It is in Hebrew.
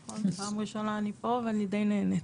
נכון, פעם ראשונה אני פה ואני די נהנית.